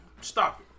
stop